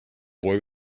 boy